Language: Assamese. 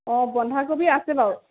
অ' বন্ধাকবি আছে বাৰু